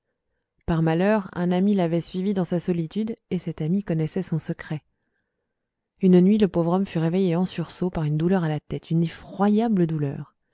par malheur un ami l'avait suivi dans sa solitude et cet ami connaissait son secret une nuit le pauvre homme fut réveillé en sursaut par une douleur à la tête une effroyable douleur